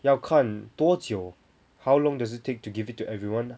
要看多久 how long does it take to give it to everyone ah